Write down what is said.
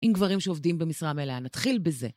עם גברים שעובדים במשרה מלאה, נתחיל בזה.